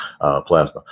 plasma